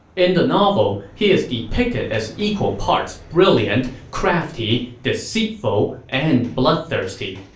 in the novel, he is depicted as equal parts brilliant, crafty, deceitful, and blood-thirsty.